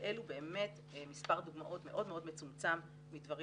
אלו באמת מספר דוגמאות מאוד מאוד מצומצם מדברים